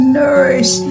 nourish